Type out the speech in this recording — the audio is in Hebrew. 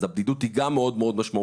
אז הבדידות היא גם מאוד מאוד משמעותית,